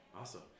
awesome